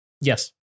Yes